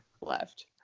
left